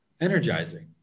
energizing